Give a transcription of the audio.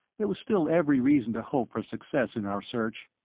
there was still every reason to hope for success in our search.